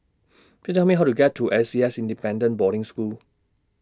Please Tell Me How to get to A C S Independent Boarding School